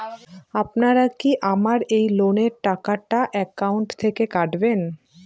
আপনারা কি আমার এই লোনের টাকাটা একাউন্ট থেকে কাটবেন?